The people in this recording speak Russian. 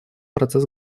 процесс